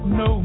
no